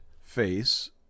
face